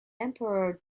emperor